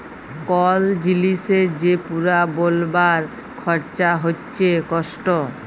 call জিলিসের যে পুরা বলবার খরচা হচ্যে কস্ট